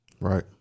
right